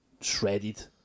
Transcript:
shredded